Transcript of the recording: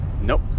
Nope